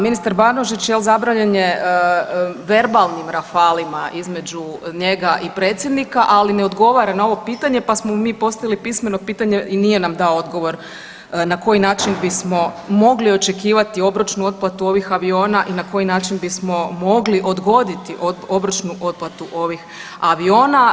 Ministar Banožić jel zabavljen je verbalnim rafalima između njega i predsjednika, ali ne odgovara na ovo pitanje, pa smo mu mi postavili pismeno pitanje i nije nam dao odgovor na koji način bismo mogli očekivati obročnu otplatu ovih aviona i na koji način bismo mogli odgoditi obročnu otplatu ovih aviona.